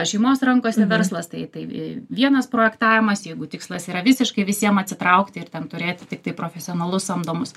šeimos rankose verslas tai tai v vienas projektavimas jeigu tikslas yra visiškai visiem atsitraukti ir ten turėti tiktai profesionalus samdomus